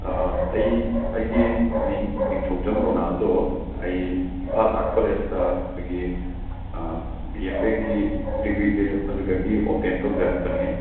ꯑꯩ ꯑꯩꯒꯤ ꯃꯤꯡ ꯅꯤꯡꯊꯧꯖꯝ ꯔꯣꯅꯥꯜꯗꯣ ꯑꯩ ꯏꯝꯐꯥꯜ ꯑꯥꯔ꯭ꯇ꯭ꯁ ꯀꯣꯂꯦꯖꯇ ꯑꯩꯈꯣꯏꯒꯤ ꯕꯤ ꯑꯦꯐ ꯑꯦꯒꯤ ꯗꯤꯒ꯭ꯔꯤꯁꯦ ꯑꯗꯨꯗꯒꯤ ꯑꯣꯕꯇꯦꯟ ꯇꯧꯖꯔꯛꯄꯅꯤ